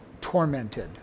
tormented